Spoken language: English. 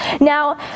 Now